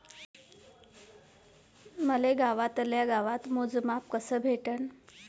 मले गावातल्या गावात मोजमाप कस भेटन?